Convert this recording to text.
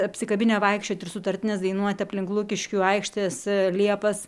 apsikabinę vaikščiot ir sutartines dainuot aplink lukiškių aikštės liepas